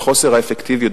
וחוסר האפקטיביות,